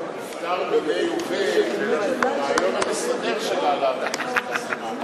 מיניה וביה הרעיון המסדר של העלאת אחוז החסימה.